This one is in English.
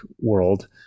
world